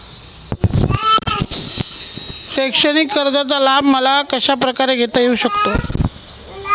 शैक्षणिक कर्जाचा लाभ मला कशाप्रकारे घेता येऊ शकतो?